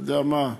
אתה יודע מה?